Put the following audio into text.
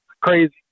crazy